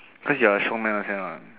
cause you're a showman one can one